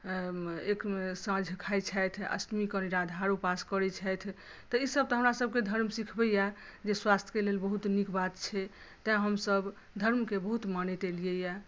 एक साँझ खाइ छथि अष्टमी के निराधार उपास करै छथि तऽ ई सभ तऽ हमरा सबके धर्म सिखबैया जे स्वास्थ के लेल बहुत नीक बात छै तैॅं हमसभ धर्म के बहुत मानैत एलियैया